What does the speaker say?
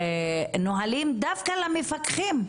שהנהלים דווקא למפקחים,